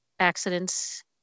accidents